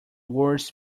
words